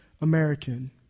American